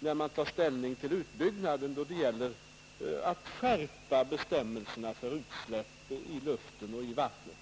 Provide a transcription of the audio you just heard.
den sedan tar ställning till utbyggnaden blir det kanske nödvändigt att skärpa bestämmelserna för utsläpp i luften och i vattnet.